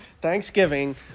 Thanksgiving